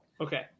Okay